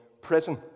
prison